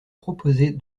proposer